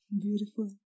Beautiful